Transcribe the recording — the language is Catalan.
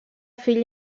fill